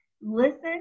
listen